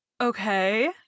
Okay